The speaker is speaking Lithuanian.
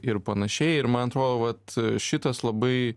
ir panašiai ir man atrodo vat šitas labai